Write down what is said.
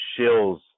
shills